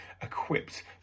equipped